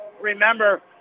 Remember